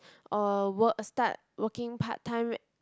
or work start working part time